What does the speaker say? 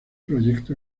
proyecto